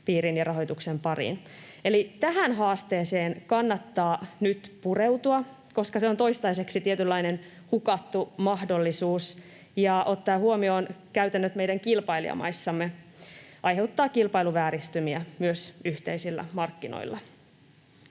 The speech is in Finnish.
piiriin ja rahoituksen pariin. Eli tähän haasteeseen kannattaa nyt pureutua, koska se on toistaiseksi tietynlainen hukattu mahdollisuus ja — ottaen huomioon käytännöt meidän kilpailijamaissamme — aiheuttaa kilpailuvääristymiä myös yhteisillä markkinoilla.